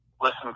listen